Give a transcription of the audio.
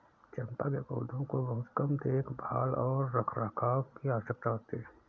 चम्पा के पौधों को बहुत कम देखभाल और रखरखाव की आवश्यकता होती है